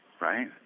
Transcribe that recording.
Right